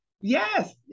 Yes